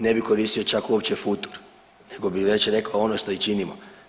Ne bi koristio čak uopće futur, nego bi već rekao ono što i činimo.